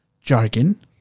jargon